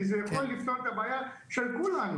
כי זה יכול לפתור את הבעיה של כולנו.